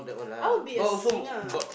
I will be a singer